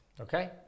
Okay